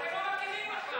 אתם לא מכירים בכלל.